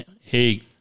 Hey